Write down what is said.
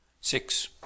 six